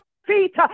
feet